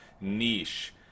niche